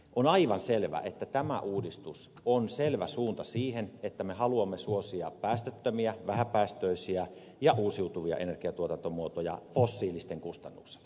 on aivan selvä että tämä uudistus on selvä suunta siihen että me haluamme suosia päästöttömiä vähäpäästöisiä ja uusiutuvia energiantuotantomuotoja fossiilisten kustannuksella